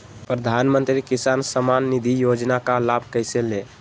प्रधानमंत्री किसान समान निधि योजना का लाभ कैसे ले?